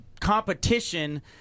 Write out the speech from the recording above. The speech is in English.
competition